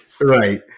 Right